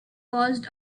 caused